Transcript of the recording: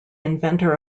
inventor